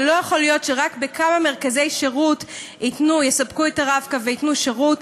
זה לא יכול להיות שרק בכמה מרכזי שירות יספקו את ה"רב-קו" וייתנו שירות.